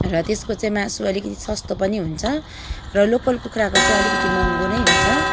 र त्यसको चाहिँ मासु अलिकति सस्तो पनि हुन्छ र लोकल कुखुराको चाहिँ अलिकति महँगो नै हुन्छ